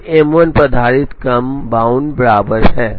तो M1 पर आधारित कम बाउंड बराबर है